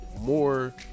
more